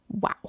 Wow